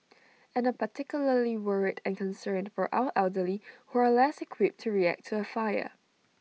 and particularly worried and concerned for our elderly who are less equipped to react A fire